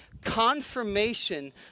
confirmation